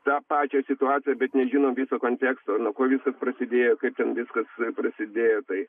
tą pačią situaciją bet nežinom viso konteksto nuo ko viskas prasidėjo kaip ten viskas prasidėjo tai